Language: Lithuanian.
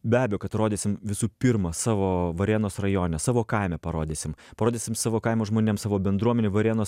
be abejo kad rodysim visų pirma savo varėnos rajone savo kaime parodysim parodysim savo kaimo žmonėm savo bendruomenei varėnos